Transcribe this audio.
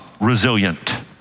resilient